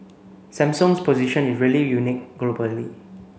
Samsung's position is really unique globally